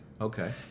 Okay